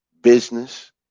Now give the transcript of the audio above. business